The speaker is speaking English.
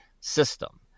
system